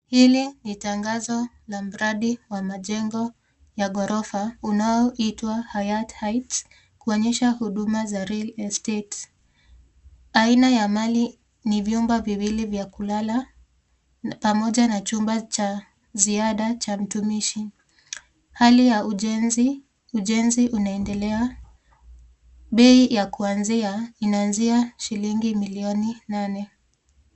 Hili ni tangazo la mradi wa majengo ya gorofa. Unaoitwa Hayatt Heights, kuonyesha huduma za Real Estate . Aina ya mali ni vyumba viwili vya kulala. Pamoja na chumba cha ziada cha mtumishi. Hali ya ujenzi. Ujenzi unaendelea. Bei ya kuanzia inanzia shilingi milioni nane.